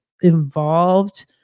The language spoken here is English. involved